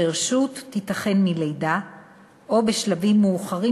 חירשות תיתכן מלידה או בשלבים מאוחרים